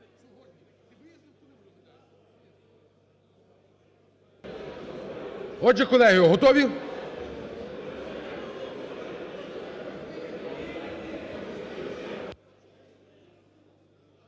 Отже, колеги, готові?